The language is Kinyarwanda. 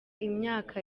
imyaka